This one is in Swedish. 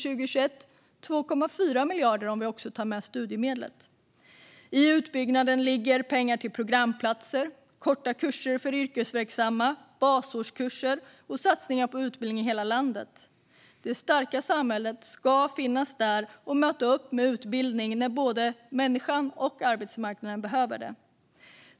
Det blir 2,4 miljarder om vi även tar med studiemedlen. I utbyggnaden ligger pengar till programplatser, korta kurser för yrkesverksamma, basårskurser och satsningar på utbildning i hela landet. Det starka samhället ska finnas till hands och möta upp med utbildning när både människan och arbetsmarknaden behöver det.